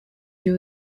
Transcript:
yeux